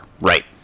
Right